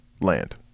land